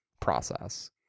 process